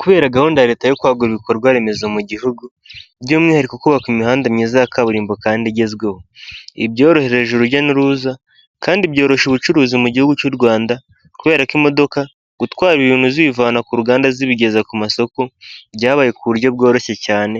Kubera gahunda ya leta yo kwagura ibikorwaremezo mu gihugu by'umwihariko kubaka imihanda myiza ya kaburimbo kandi igezweho, ibi byorohereje urujya n'uruza kandi byoroshya ubucuruzi mu gihugu cy'u Rwanda kubera ko imodoka gutwara ibintu zibivana ku ruganda zibigeza ku masoko, byabaye ku buryo bworoshye cyane